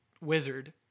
wizard